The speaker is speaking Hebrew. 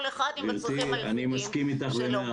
כל אחד עם הצרכים הייחודיים שלו.